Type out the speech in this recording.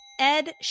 Ed